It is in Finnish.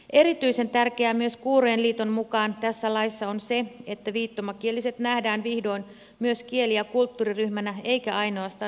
erityisen tärkeää myös kuurojen liiton mukaan tässä laissa on se että viittomakieliset nähdään vihdoin myös kieli ja kulttuuriryhmänä eikä ainoastaan vammaisryhmänä